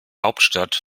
hauptstadt